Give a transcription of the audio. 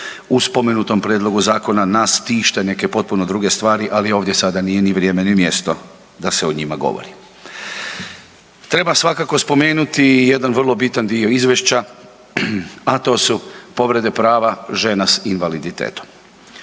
U spomenutom prijedlogu nas tiše neke potpuno druge stvari, ali ovdje sada nije ni vrijeme, ni mjesto da se o njima govori. Treba svakako spomenuti i jedan vrlo bitan dio izvješća, a to su povrede prava žena s invaliditetom.